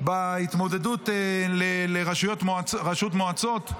בהתמודדות לראשות מועצות,